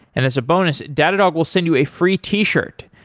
and as a bonus, datadog will send you a free t-shirt.